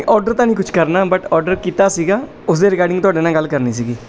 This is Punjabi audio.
ਔਡਰ ਤਾਂ ਨਹੀਂ ਕੁਝ ਕਰਨਾ ਬੱਟ ਔਡਰ ਕੀਤਾ ਸੀਗਾ ਉਸ ਦੇ ਰਿਗਾਰਡਿੰਗ ਤੁਹਾਡੇ ਨਾਲ ਗੱਲ ਕਰਨੀ ਸੀਗੀ